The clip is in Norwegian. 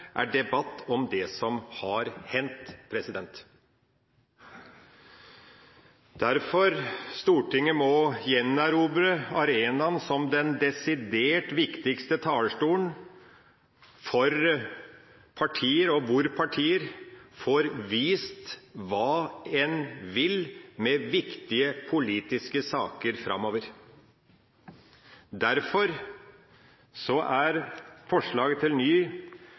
er debatt om det som har hendt. Stortinget må derfor gjenerobre arenaen som den desidert viktigste talerstolen for partier, hvor partier får vist hva de vil med viktige politiske saker framover. Derfor er forslaget til ny